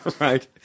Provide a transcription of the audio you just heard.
Right